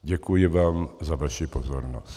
Děkuji vám za vaši pozornost.